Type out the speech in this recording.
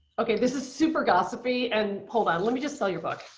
okay. this is super gossipy, and hold on, let me just sell your book.